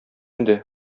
инде